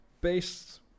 based